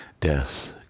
Death